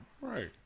Right